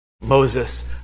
Moses